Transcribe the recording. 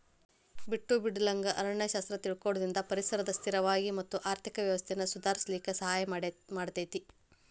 ಬಿಟ್ಟು ಬಿಡಲಂಗ ಅರಣ್ಯ ಶಾಸ್ತ್ರ ತಿಳಕೊಳುದ್ರಿಂದ ಪರಿಸರನ ಸ್ಥಿರವಾಗಿ ಮತ್ತ ಆರ್ಥಿಕ ವ್ಯವಸ್ಥೆನ ಸುಧಾರಿಸಲಿಕ ಸಹಾಯ ಮಾಡತೇತಿ